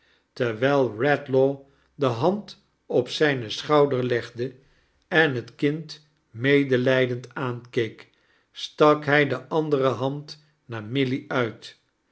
terwijl redlaw de hand op zijn schouder legde en het kind medelijdend aankeek stak ijij de andere hand naar milly uit